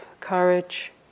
courage